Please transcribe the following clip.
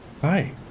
Hi